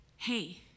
hey